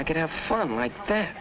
i could have fun like that